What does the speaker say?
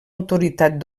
autoritat